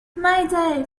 mayday